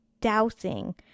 dousing